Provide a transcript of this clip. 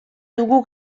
dugu